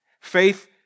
Faith